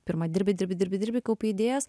pirma dirbi dirbi dirbi dirbi kaupi idėjas